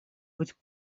быть